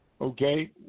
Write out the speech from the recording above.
okay